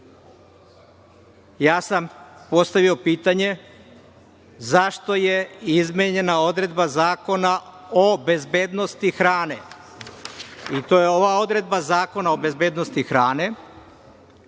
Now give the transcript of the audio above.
Ja sam postavio pitanje – zašto je izmenjena odredba Zakona o bezbednosti hrane? To je ova odredba Zakona o bezbednosti hrane